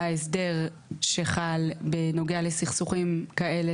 ההסדר שחל בנוגע לסכסוכים כאלה,